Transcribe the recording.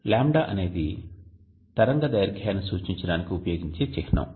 λ అనేది తరంగదైర్ఘ్యాన్ని సూచించడానికి ఉపయోగించే చిహ్నం